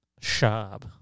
Shab